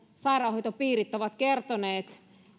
sairaanhoitopiirit ovat kertoneet että